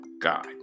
God